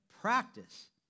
practice